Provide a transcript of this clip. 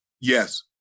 Yes